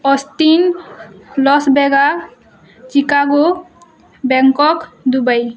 austin Las Vegas Chicago Bangkok Dubai